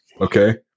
Okay